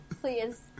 please